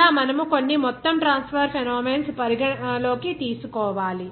అందువల్ల మనము కొన్ని మొత్తం మాస్ ట్రాన్స్ఫర్ ఫెనోమెనోన్స్ పరిగణనలోకి తీసుకోవాలి